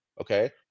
Okay